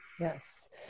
Yes